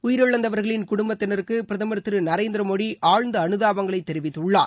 உயிரிழந்தவர்களின் குடும்பத்தினருக்கு பிரதமர் திரு நரேந்திர மோடி ஆழ்ந்த அனுதாபங்களை தெரிவித்துள்ளார்